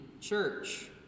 church